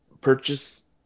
purchase